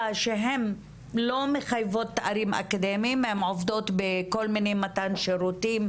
שהם לא מחייבות תארים אקדמיים הם עובדות בכל מיני מתן שירותים,